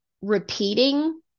repeating